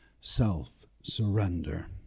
self-surrender